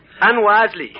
unwisely